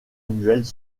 annuels